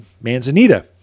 manzanita